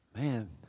Man